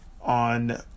On